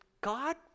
God